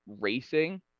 racing